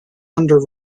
under